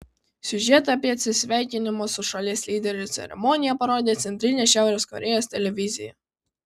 siužetą apie atsisveikinimo su šalies lyderiu ceremoniją parodė centrinė šiaurės korėjos televizija